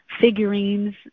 figurines